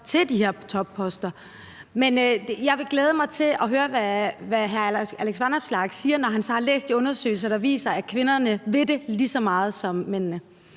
til de her topposter. Men jeg vil glæde mig til at høre, hvad hr. Alex Vanopslagh siger, når han så har læst de undersøgelser, der viser, at kvinderne vil det lige så meget som mændene.